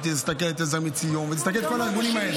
על עזר מציון ועל כל הארגונים האלה.